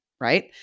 right